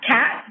Cat